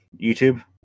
YouTube